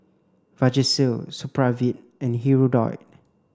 Vagisil Supravit and Hirudoid